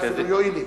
אולי אפילו יועיל לי,